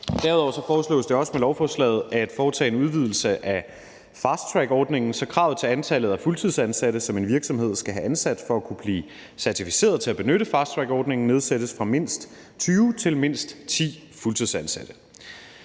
Derudover foreslås det også med lovforslaget at foretage en udvidelse af fasttrackordningen, så kravet til antallet af fuldtidsansatte, som en virksomhed skal have ansat for at kunne blive certificeret til at benytte fasttrackordningen, nedsættes fra mindst 20 til mindst 10 fuldtidsansatte,